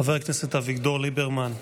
חבר הכנסת אביגדור ליברמן,